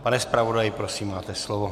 Pane zpravodaji, prosím, máte slovo.